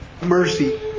mercy